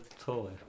toy